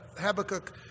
Habakkuk